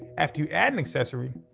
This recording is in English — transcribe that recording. after you add an accessory,